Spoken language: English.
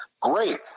Great